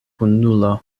kunulo